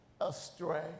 astray